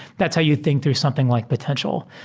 that's how you think through something like potential.